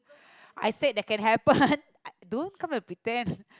I said that can happen don't come and pretend